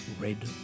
Red